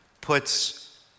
puts